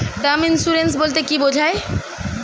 Term insurance বলতে কী বোঝায়?